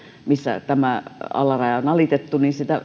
missä tämä alaraja on on alitettu